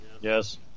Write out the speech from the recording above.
Yes